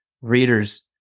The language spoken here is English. readers